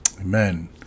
Amen